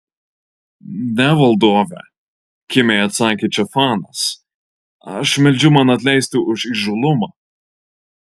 ne valdove kimiai atsakė če fanas aš meldžiu man atleisti už įžūlumą